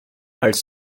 als